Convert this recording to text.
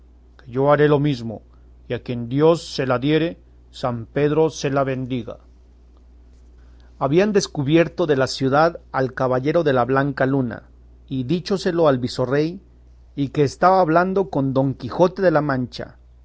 yo haré lo mesmo y a quien dios se la diere san pedro se la bendiga habían descubierto de la ciudad al caballero de la blanca luna y díchoselo al visorrey que estaba hablando con don quijote de la mancha